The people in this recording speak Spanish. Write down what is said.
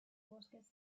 bosques